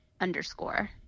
underscore